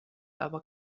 aber